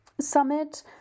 summit